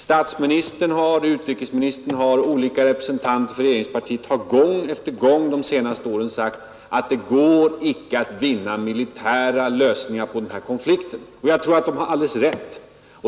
Statsministern, utrikesministern och andra representanter för regeringspartiet har gång efter annan under de senaste åren sagt att det går icke att finna militära lösningar på den här konflikten, och jag tror att de har alldeles rätt.